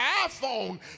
iPhone